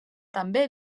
també